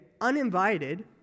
uninvited